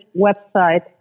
website